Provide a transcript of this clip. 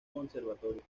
conservatorio